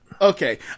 Okay